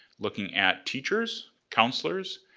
looking at teachers, counselors,